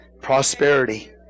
Prosperity